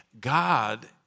God